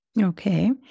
Okay